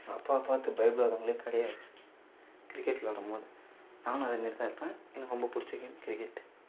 எங்கள் அப்பாவை பார்த்து பயப்படாதவங்களே கிடையாது கிரிக்கெட் விளாடும் போது நானும் அதே மாதிரி தான் இருப்பேன் எனக்கு ரொம்ப பிடிச்ச கேம் கிரிக்கெட்